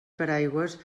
paraigües